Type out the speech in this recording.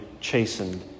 chastened